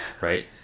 right